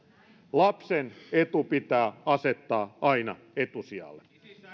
lapsen etu pitää asettaa aina etusijalle